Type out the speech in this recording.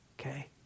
Okay